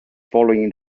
following